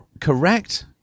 correct